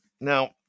Now